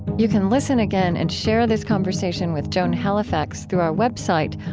you can listen again and share this conversation with joan halifax through our website,